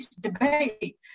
debate